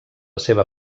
seva